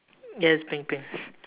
yes pink pink